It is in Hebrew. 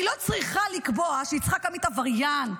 אני לא צריכה לקבוע שיצחק עמית עבריין.